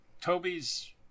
Toby's